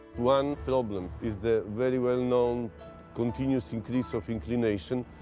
one problem is the very well known continuous increase of inclination,